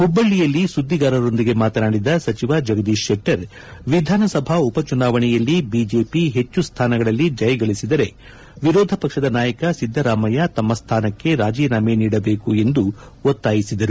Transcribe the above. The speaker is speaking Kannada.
ಹುಬ್ಬಳ್ಳಿಯಲ್ಲಿ ಸುದ್ದಿಗಾರರೊಂದಿಗೆ ಮಾತನಾಡಿದ ಸಚಿವ ಜಗದೀಶ್ ಶೆಟ್ಟರ್ ವಿಧಾನಸಭಾ ಉಪಚುನಾವಣೆಯಲ್ಲಿ ಬಿಜೆಪಿ ಹೆಚ್ಚು ಸ್ಮಾನಗಳಲ್ಲಿ ಜಯಗಳಿಸಿದರೆ ವಿರೋಧ ಪಕ್ಷದ ನಾಯಕ ಸಿದ್ದರಾಮಯ್ಯ ತಮ್ಮ ಸ್ಟಾನಕ್ಕೆ ರಾಜೀನಾಮೆ ನೀಡಬೇಕು ಎಂದು ಒತ್ತಾಯಿಸಿದರು